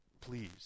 Please